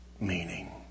meaning